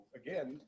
again